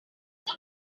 het